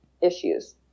issues